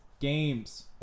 games